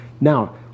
Now